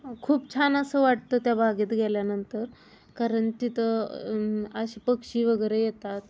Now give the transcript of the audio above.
खूप छान असं वाटतं त्या बागेत गेल्यानंतर कारण तिथं अशी पक्षी वगैरे येतात